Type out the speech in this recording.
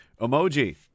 emoji